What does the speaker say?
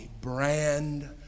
brand